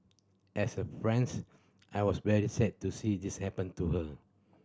as a friends I was very sad to see this happen to her